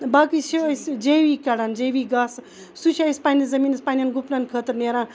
باقٕے چھِ أسۍ جے وی کَڑان جے وی گاسہٕ سُہ چھِ أسۍ پَننِس زمیٖنَس پَننن گُپنَن خٲطرٕ نیران